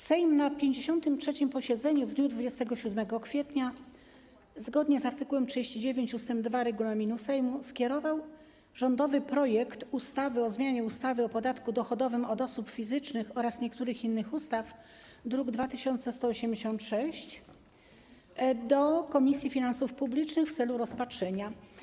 Sejm na 53. posiedzeniu w dniu 27 kwietnia zgodnie z art. 39 ust. 2 regulaminu Sejmu skierował rządowy projekt ustawy o zmianie ustawy o podatku dochodowym od osób fizycznych oraz niektórych innych ustaw, druk nr 2186, do Komisji Finansów Publicznych w celu jego rozpatrzenia.